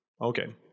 Okay